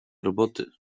roboty